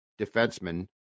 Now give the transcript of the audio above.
defenseman